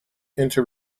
into